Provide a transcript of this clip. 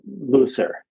looser